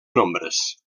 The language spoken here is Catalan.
nombres